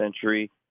century